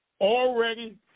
already